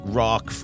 rock